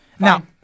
Now